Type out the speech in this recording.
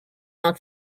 out